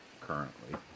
currently